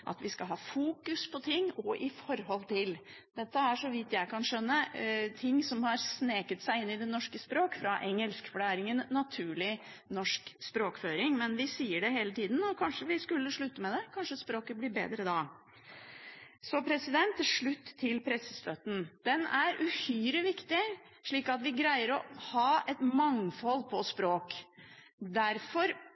at vi skal ha «fokus på» ting og «i forhold til». Dette er, så vidt jeg kan skjønne, formuleringer som har sneket seg inn i det norske språk fra engelsk, for det er ingen naturlig norsk språkføring. Men vi sier det hele tida. Kanskje vi skulle slutte med det. Kanskje språket blir bedre da. Til slutt til pressestøtten. Den er uhyre viktig slik at vi greier å ha et mangfold